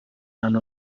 and